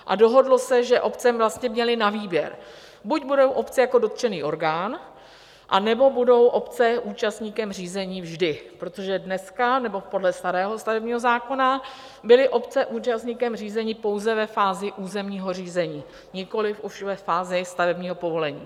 A dohodlo se, že obce měly na výběr, buď budou obce jako dotčený orgán, anebo budou obce účastníkem řízení vždy, protože dneska nebo podle starého stavebního zákona byly obce účastníkem řízení pouze ve fázi územního řízení, nikoliv už ve fázi stavebního povolení.